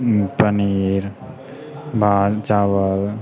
पनीर भात चावल